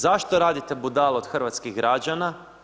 Zašto radite budalu od hrvatskih građana?